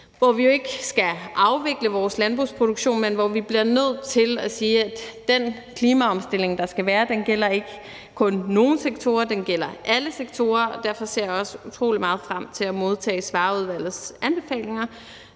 hvor vi jo ikke skal afvikle vores landbrugsproduktion, men hvor vi bliver nødt til at sige, at den klimaomstilling, der skal være, ikke kun gælder nogle sektorer; den gælder alle sektorer. Derfor ser jeg også utrolig meget frem til at modtage Svarerudvalgets anbefalinger